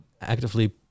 actively